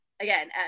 again